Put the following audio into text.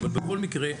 אבל בכל מקרה,